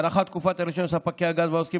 הארכת תקופת הרישיון של ספקי הגז והעוסקים